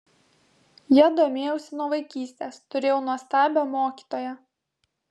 ja domėjausi nuo vaikystės turėjau nuostabią mokytoją